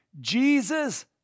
Jesus